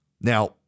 Now